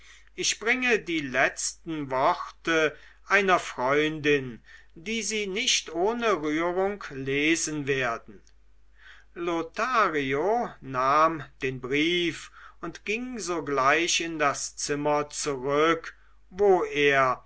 ich bringe die letzten worte einer freundin die sie nicht ohne rührung lesen werden lothario nahm den brief und ging sogleich in das zimmer zurück wo er